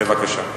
בבקשה.